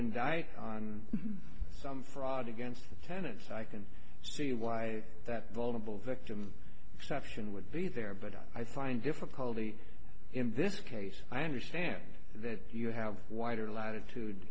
i some fraud against tenants i can see why that vulnerable victim exception would be there but i find difficulty in this case i understand that you have wider latitude